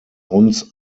uns